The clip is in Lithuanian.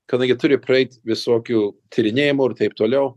kada gi turi praeit visokių tyrinėjimų taip toliau